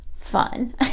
fun